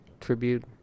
tribute